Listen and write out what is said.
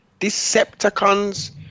decepticons